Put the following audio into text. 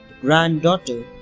granddaughter